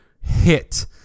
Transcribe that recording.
hit